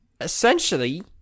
Essentially